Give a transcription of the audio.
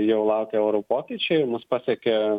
jau laukia orų pokyčiai mus pasiekia